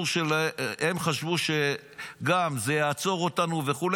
והם גם חשבו שזה יעצור אותנו וכו',